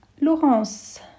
Laurence